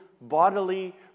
bodily